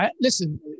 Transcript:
Listen